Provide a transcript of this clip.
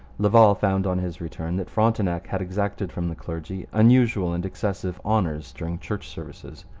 laval found on his return that frontenac had exacted from the clergy unusual and excessive honours during church services.